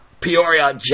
Peoria